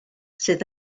sydd